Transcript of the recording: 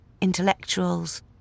intellectuals